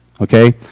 Okay